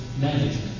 management